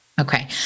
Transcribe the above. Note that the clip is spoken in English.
Okay